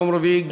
יום רביעי,